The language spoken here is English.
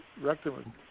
rectum